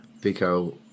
Vico